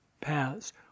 paths